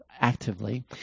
actively